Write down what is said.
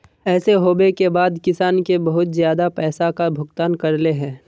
ऐसे होबे के बाद किसान के बहुत ज्यादा पैसा का भुगतान करले है?